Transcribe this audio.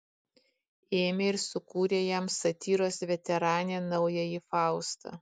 ėmė ir sukūrė jam satyros veteranė naująjį faustą